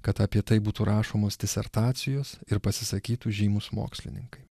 kad apie tai būtų rašomos disertacijos ir pasisakytų žymūs mokslininkai